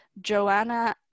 Joanna